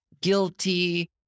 guilty